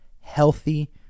healthy